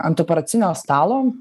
ant operacinio stalo